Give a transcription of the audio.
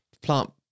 plant